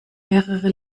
mehrere